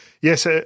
Yes